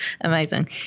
amazing